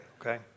Okay